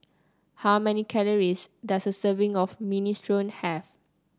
how many calories does a serving of Minestrone have